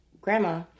grandma